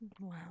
Wow